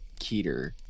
Keter